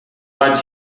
what